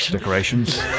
Decorations